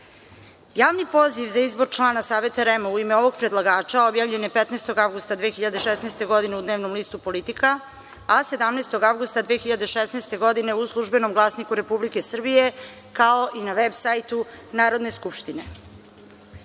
Javni poziv za izbor člana Saveta REM u ime ovog predlagača objavljen je 15. avgusta 2016. godine u dnevnom listu „Politika“, a 17. avgusta 2016. godine u „Službenom glasniku Republike Srbije“, kao i na veb sajtu Narodne skupštine. Ovlašćeni